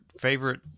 favorite